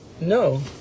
no